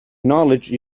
knowledge